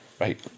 right